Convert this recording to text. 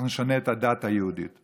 אנחנו נשנה את הדת היהודית,